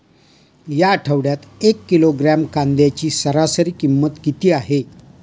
या आठवड्यात एक किलोग्रॅम कांद्याची सरासरी किंमत किती आहे?